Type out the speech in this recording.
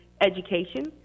education